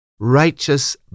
Righteous